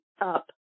up